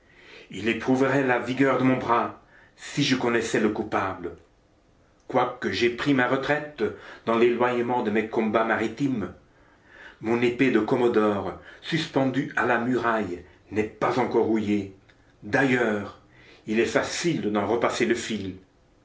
il éprouverait la vigueur de mon bras si je connaissais le coupable quoique j'aie pris ma retraite dans l'éloignement des combats maritimes mon épée de commodore suspendue à la muraille n'est pas encore rouillée d'ailleurs il est facile d'en repasser le fil